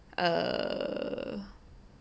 err